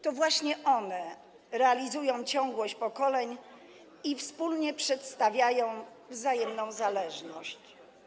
To właśnie one realizują ciągłość pokoleń i wspólnie przedstawiają wzajemną zależność.